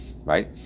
right